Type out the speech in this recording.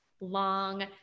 long